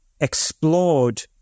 explored